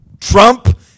Trump